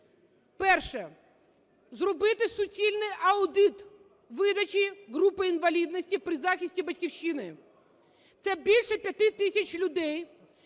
Перше. Зробити суцільний аудит видачі групи інвалідності при захисті Батьківщини. Це більше 5 тисяч людей,